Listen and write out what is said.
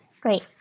Great